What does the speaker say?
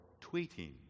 tweeting